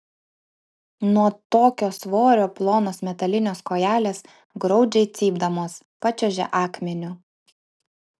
nuo tokio svorio plonos metalinės kojelės graudžiai cypdamos pačiuožė akmeniu